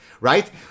right